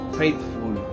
faithful